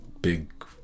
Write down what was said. big